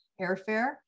airfare